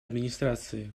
администрации